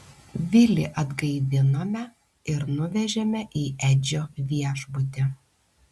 vilį atgaivinome ir nuvežėme į edžio viešbutį